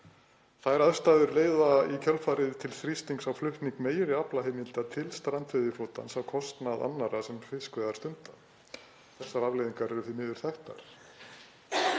Þær aðstæður leiða í kjölfarið til þrýstings á flutning meiri aflaheimilda til strandveiðiflotans á kostnað annarra sem fiskveiðar stunda. Þessar afleiðingar eru því miður þekktar.“